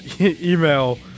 Email